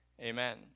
Amen